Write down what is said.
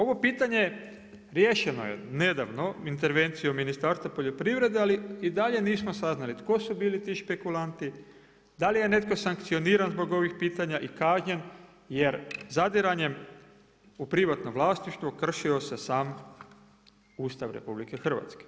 Ovo pitanje riješeno je nedavno intervencijom Ministarstva poljoprivrede, ali i dalje nismo saznali tko su bili ti špekulanti, da li je netko sankcioniran zbog ovih pitanja i kažnjen jer zadiranjem u privatno vlasništvo, kršio se sam Ustav RH.